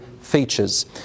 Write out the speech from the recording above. features